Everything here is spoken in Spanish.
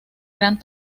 gran